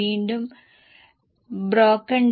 വീണ്ടും വളരെ പ്രധാനപ്പെട്ട വിവരങ്ങൾ ഉണ്ട്